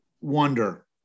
wonder